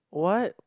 what